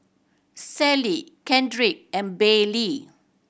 Sallie Kendrick and Baylie